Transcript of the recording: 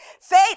faith